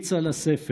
ממליץ על הספר,